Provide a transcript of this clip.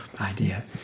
idea